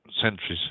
centuries